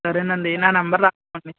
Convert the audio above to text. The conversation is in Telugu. సరేనండి నా నెంబర్ రాసుకోండి